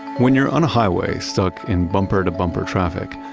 when you're on a highway, stuck in bumper to bumper traffic,